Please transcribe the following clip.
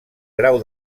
grau